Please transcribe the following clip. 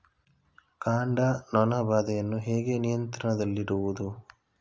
ಕಾಂಡ ನೊಣ ಬಾಧೆಯನ್ನು ಹೇಗೆ ನಿಯಂತ್ರಣದಲ್ಲಿಡುವುದು?